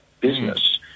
business